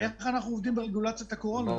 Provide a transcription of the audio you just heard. איך אנחנו עובדים ברגולציית הקורונה?